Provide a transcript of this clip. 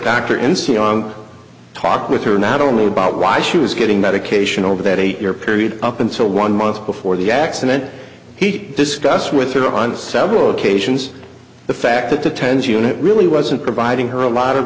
on talk with her not only about why she was getting medication over that eight year period up until one month before the accident he discussed with her on several occasions the fact that the tens unit really wasn't providing her a lot of